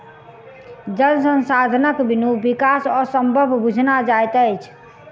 जल संसाधनक बिनु विकास असंभव बुझना जाइत अछि